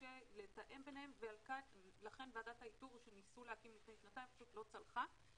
קשה לתאם ביניהם ולכן ועדת האיתור שניסו להקים לפני שנתיים לא צלחה,